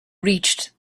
reached